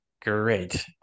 Great